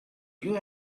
you